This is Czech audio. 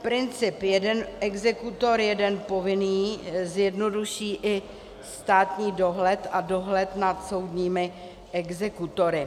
Princip jeden exekutor jeden povinný zjednoduší i státní dohled a dohled nad soudními exekutory.